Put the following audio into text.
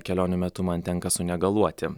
kelionių metu man tenka sunegaluoti